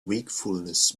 wakefulness